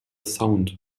sound